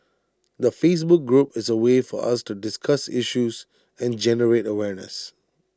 the Facebook group is A way for us to discuss issues and generate awareness